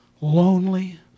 lonely